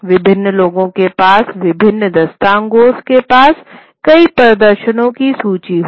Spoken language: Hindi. विभिन्न लोगों के पास विभिन्न दास्तानगोस के पास कई प्रदर्शनों की सूची होगी